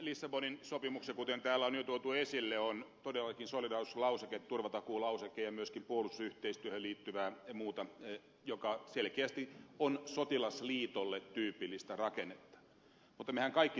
lissabonin sopimuksessa kuten täällä on jo tuotu esille on todellakin solidaarisuuslauseke turvatakuulauseke ja myöskin puolustusyhteistyöhön liittyvää muuta sisältöä joka selkeästi on sotilasliitolle tyypillistä rakennetta